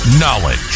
Knowledge